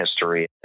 history